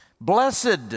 Blessed